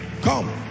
Come